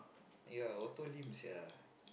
ya auto lame sia